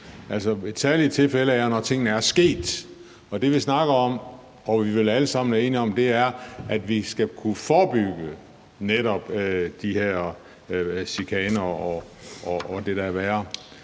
Altså, et særligt tilfælde er, at når tingene er sket, og det, vi snakker om og vi vel alle sammen er enige om, er, at vi netop skal kunne forebygge de her chikaner og det, der er værre.